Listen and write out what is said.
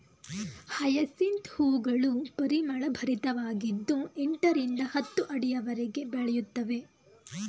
hyacinth ಹೂಗಳು ಪರಿಮಳಭರಿತವಾಗಿದ್ದು ಎಂಟರಿಂದ ಹತ್ತು ಅಡಿಯವರೆಗೆ ಬೆಳೆಯುತ್ತವೆ